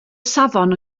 safon